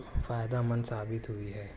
فائدہ مند ثابت ہوئی ہے